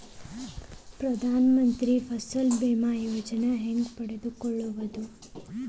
ಪ್ರಧಾನ ಮಂತ್ರಿ ಫಸಲ್ ಭೇಮಾ ಯೋಜನೆ ಹೆಂಗೆ ಪಡೆದುಕೊಳ್ಳುವುದು?